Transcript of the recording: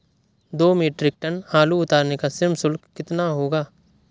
दो metric ton आलू उतारने का श्रम शुल्क कितना होगा?